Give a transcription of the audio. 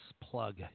plug